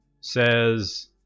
says